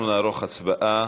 אנחנו נערוך הצבעה,